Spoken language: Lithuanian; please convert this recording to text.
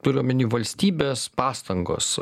turiu omeny valstybės pastangos